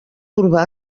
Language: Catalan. urbà